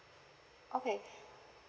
okay